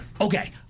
okay